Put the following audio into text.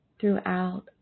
throughout